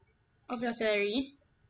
of your salary